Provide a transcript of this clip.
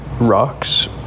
rocks